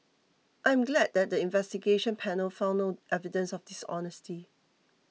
I'm glad that the Investigation Panel found no evidence of dishonesty